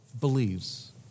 believes